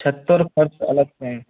छत और फर्श अलग से हैं